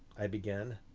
i began.